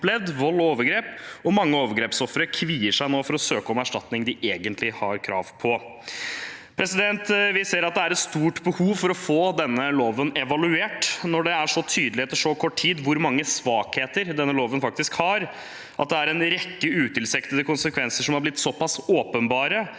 vold og overgrep, og mange overgrepsofre kvier seg nå for å søke om erstatning de egentlig har krav på. Vi ser at det er et stort behov for å få denne loven evaluert. Når det er så tydelig etter så kort tid hvor mange svakheter denne loven faktisk har, og det er en rekke utilsiktede konsekvenser som har blitt såpass åpenbare